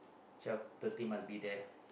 twelve thirty must be there